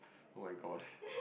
oh-my-god